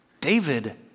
David